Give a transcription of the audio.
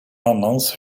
annans